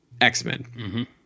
X-Men